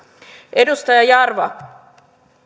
edustaja jarva